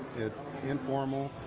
it's informal,